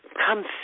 come